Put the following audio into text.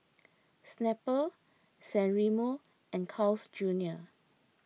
Snapple San Remo and Carl's Junior